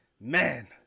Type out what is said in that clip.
man